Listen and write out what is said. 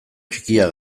txikia